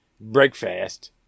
breakfast